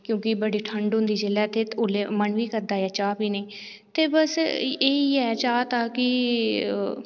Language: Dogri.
क्योंकि बड़ी ठंड होंदी जेल्लै ते मन बी करदा ऐ चाह् पीने गी ते बस एह् ऐ चाह् दा कि